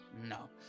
No